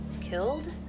killed